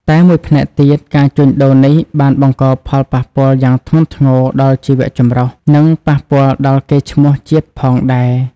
តែមួយផ្នែកទៀត ការជួញដូរនេះបានបង្កផលប៉ះពាល់យ៉ាងធ្ងន់ធ្ងរដល់ជីវចម្រុះ និងប៉ះពាល់ដល់កេរ្តិ៍ឈ្មោះជាតិផងដែរ។